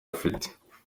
afite